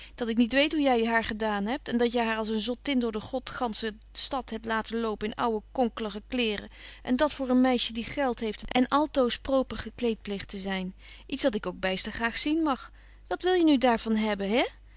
dat ik niet weet hoe jy haar gedaan hebt en dat jy haar als een zottin door de god gantsche stad hebt laten lopen in ouwe konkelige kleêren en dat voor een meisje die geld heeft en altoos proper gekleed pleeg betje wolff en aagje deken historie van mejuffrouw sara burgerhart te zyn iets dat ik ook byster graag zien mag wat wil je nu daar van hebben he